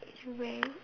it's where